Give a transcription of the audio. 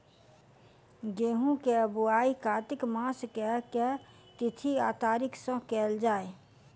गेंहूँ केँ बोवाई कातिक मास केँ के तिथि वा तारीक सँ कैल जाए?